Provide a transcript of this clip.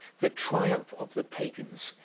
the triumph of the pagans,